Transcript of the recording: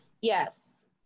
yes